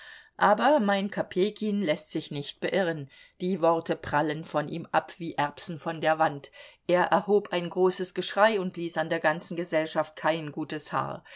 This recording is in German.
aber mein kopejkin läßt sich nicht beirren die worte prallen von ihm ab wie erbsen von der wand er erhob ein großes geschrei und ließ an der ganzen gesellschaft kein gutes haar